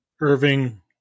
Irving